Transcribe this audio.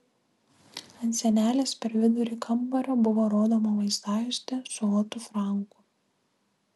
ant sienelės per vidurį kambario buvo rodoma vaizdajuostė su otu franku